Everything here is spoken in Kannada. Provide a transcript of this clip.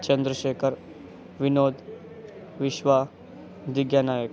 ಚಂದ್ರಶೇಖರ್ ವಿನೋದ್ ವಿಶ್ವ ದಿಗ್ಯ ನಾಯಕ್